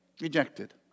Rejected